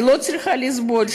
היא לא צריכה לסבול,